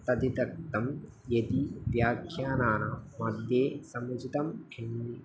तदितत्तं यदि व्याख्यानानां मध्ये समुचितं किम्